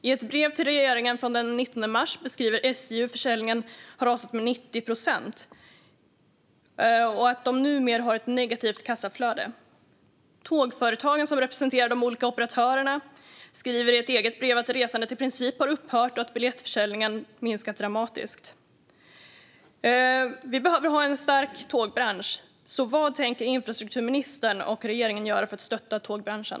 I ett brev till regeringen den 19 mars beskriver SJ hur försäljningen har rasat med 90 procent och att man numera har ett negativt kassaflöde. Tågföretagen, som representerar de olika operatörerna, skriver i ett eget brev att resandet i princip har upphört och att biljettförsäljningen har minskat dramatiskt. Vi behöver ha en stark tågbransch. Vad tänker infrastrukturministern och regeringen göra för att stötta tågbranschen?